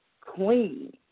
queen